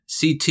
CT